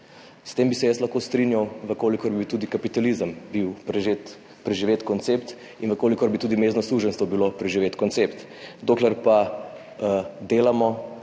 S tem bi se jaz lahko strinjal, če bi bil tudi kapitalizem preživet koncept in če bi tudi mezdno suženjstvo bilo preživeti koncept. Dokler pa delamo